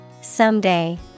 Someday